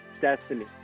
destiny